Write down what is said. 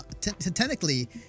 technically